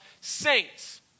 saints